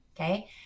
Okay